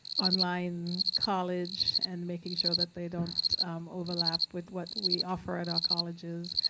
on-line college and making sure that they don't overlap with what we offer at our colleges.